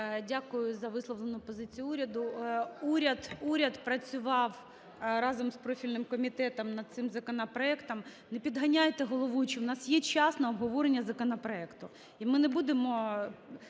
Дякую за висловлену позицію уряду. Уряд працював разом з профільним комітетом над цим законопроектом. (Шум у залі) Не підганяйте головуючу, у нас є час на обговорення законопроекту.